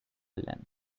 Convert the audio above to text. length